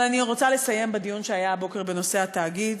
אבל אני רוצה לסיים בדיון שהיה הבוקר בנושא התאגיד,